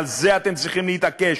ועל זה אתם צריכים להתעקש.